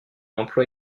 emploi